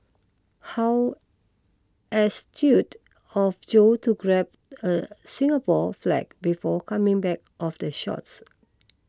how astute of Joe to grab a Singapore flag before coming back of the shots